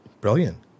Brilliant